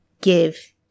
give